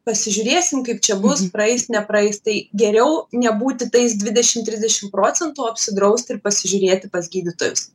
pasižiūrėsim kaip čia bus praeis nepraeis tai geriau nebūti tais dvidešimt trisdešim procentų o apsidrausti ir pasižiūrėti pas gydytojus